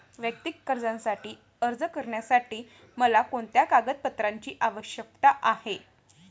वैयक्तिक कर्जासाठी अर्ज करण्यासाठी मला कोणत्या कागदपत्रांची आवश्यकता आहे?